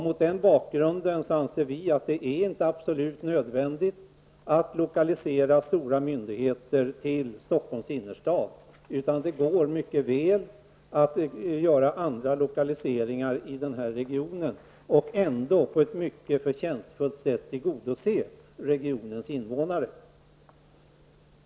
Mot den bakgrunden anser vi att det inte är absolut nödvändigt att lokalisera stora myndigheter till Stockholms innerstad. Det går mycket väl att göra andra lokaliseringar i den här regionen och ändå på ett mycket förtjänstfullt sätt tillgodose intressena hos regionens invånare.